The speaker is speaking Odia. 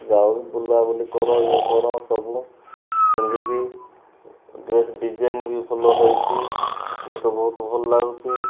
ଯାଉ ବୁଲାବୁଲି କର ଇଏ କର ସବୁ ପିନ୍ଧିକି ଡ୍ରେସ୍ ଡିଜାଇନ ବି ଭଲ ହୋଇଛି ମୋତେ ବହୁତ ଭଲ ଲାଗୁଛି